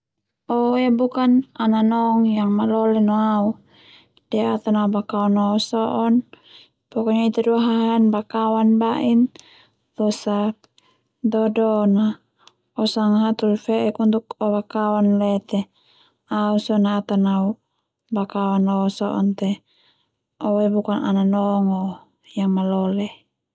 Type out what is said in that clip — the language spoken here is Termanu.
O ia bukan a nanong yang malole no au de au ta na Bakawan no so'on pokoknya Ita dua hahaen bakawan bain losa do do na o sanga hatoli fe'ek untuk o bakawan leo te au sona tanau bakawan no o so'on te o ia bukan au nanong o yang malole.